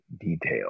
detail